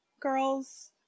girls